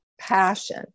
passion